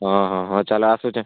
ହଁ ହଁ ହଁ ଚାଲ ଆସୁଛେ